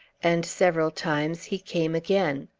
and, several times, he came again.